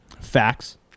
Facts